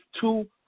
two